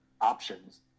options